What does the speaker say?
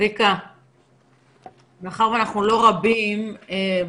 יש מחר דיון קבוע של צוות השרים שמונה לפי